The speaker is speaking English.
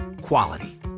quality